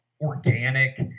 organic